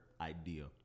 idea